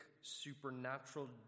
supernatural